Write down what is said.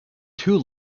two